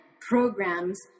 programs